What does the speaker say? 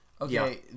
Okay